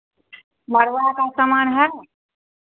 मड़वा का सामान है